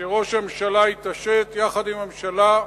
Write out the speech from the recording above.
שראש הממשלה יתעשת יחד עם הממשלה,